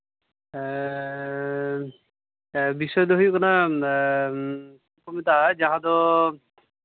ᱵᱤᱥᱚᱭ ᱫᱚ ᱦᱩᱭᱩᱜ ᱠᱟᱱᱟ ᱪᱮᱫ ᱠᱚ ᱢᱮᱛᱟᱜᱼᱟ ᱡᱟᱦᱟᱸ ᱫᱚ